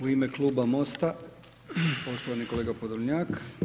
U ime Kluba Mosta, poštovani kolega Podolnjak.